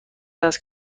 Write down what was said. است